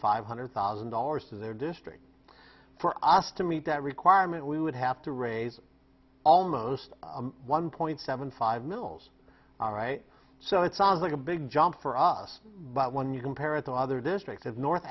five hundred thousand dollars to their district for us to meet that requirement we would have to raise almost one point seven five mills all right so it sounds like a big jump for us but when you compare it to another district of north